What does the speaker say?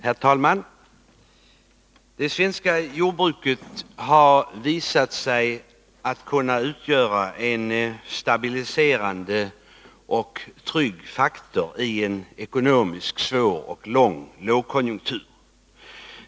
Herr talman! Det svenska jordbruket har visat sig kunna utgöra en trygg stabiliserande faktor i en ekonomiskt svår och lång lågkonjunktur.